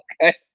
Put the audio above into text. okay